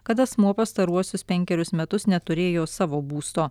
kad asmuo pastaruosius penkerius metus neturėjo savo būsto